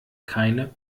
keine